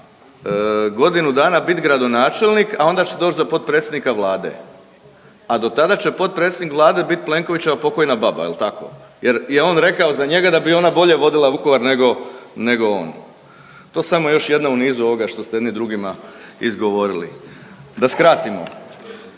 godinu dana bit gradonačelnik, a onda će doć za potpredsjednika Vlade, a do tada će potpredsjednik Vlade bit Plenkovićeva pokojna baba jel tako, jer je on rekao za njega da bi ona bolje vodila Vukovar nego on. To samo još jedna u niz ovoga što ste jedni drugima izgovorili. Da skratimo,